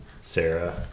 Sarah